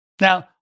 Now